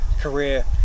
career